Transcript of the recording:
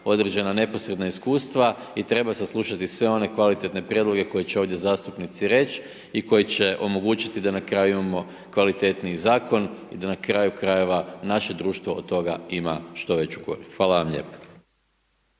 određena neposredna iskustva i treba saslušati sve one kvalitetne prijedloge koje će ovdje zastupnici reći i koji će omogućiti da na kraju imamo kvalitetniji zakon i da na kraju krajeva naše društvo od toga ima što veću korist. Hvala vam lijepo.